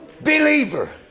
believer